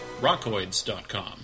Rockoids.com